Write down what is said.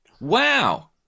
Wow